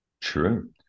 true